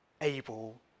able